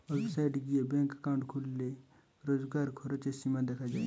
website গিয়ে bank account খুললে রোজকার খরচের সীমা দেখা যায়